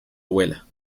abuela